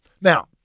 Now